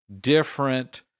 different